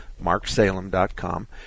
MarkSalem.com